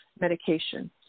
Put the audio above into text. medication